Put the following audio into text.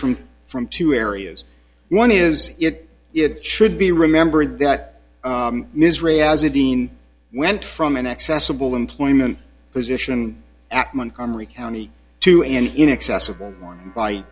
from from two areas one is it it should be remembered that in israel as a dean went from an accessible employment position ackman comrie county to an inaccessible morning by